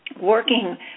working